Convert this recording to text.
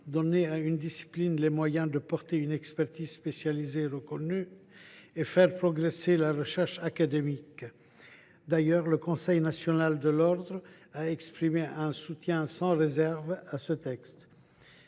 donner à une discipline les moyens de porter une expertise spécialisée reconnue et faire progresser la recherche académique. D’ailleurs, le Conseil national de l’ordre des médecins a exprimé un soutien sans réserve à ce texte.